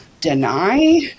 deny